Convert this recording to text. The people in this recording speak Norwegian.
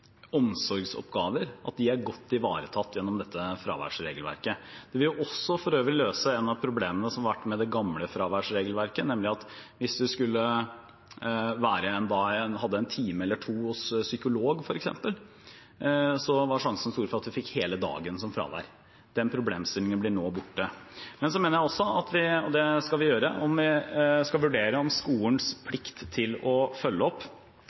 er godt ivaretatt gjennom dette fraværsregelverket. Det vil også for øvrig løse et av problemene med det gamle fraværsregelverket, nemlig at hvis en hadde en time eller to hos psykolog f.eks., var sjansene store for at man fikk hele dagen som fravær. Den problemstillingen blir nå borte. Men så mener jeg også at vi skal vurdere – og det skal vi gjøre – om skolens og fylkenes plikt til å følge opp